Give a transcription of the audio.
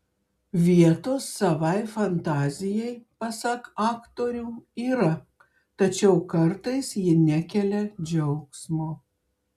vietos savai fantazijai pasak aktorių yra tačiau kartais ji nekelia džiaugsmo